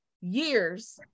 years